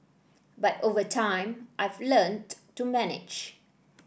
but over time I've learnt to manage